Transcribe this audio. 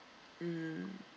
mm